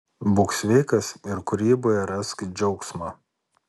būk sveikas ir kūryboje rask džiaugsmą